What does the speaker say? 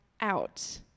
out